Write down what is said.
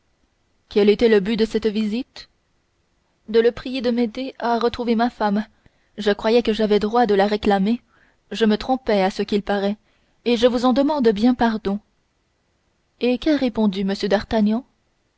quel était le but de cette visite de le prier de m'aider à retrouver ma femme je croyais que j'avais droit de la réclamer je me trompais à ce qu'il paraît et je vous en demande bien pardon et qu'a répondu